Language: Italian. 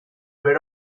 per